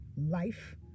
life